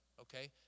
okay